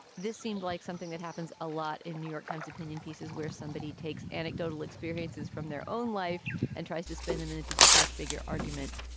this seemed like something that happens a lot in new york times opinion pieces where somebody takes anecdotal experiences from their own life and tries to spend a minute to this much bigger argument.